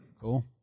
cool